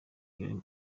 grammy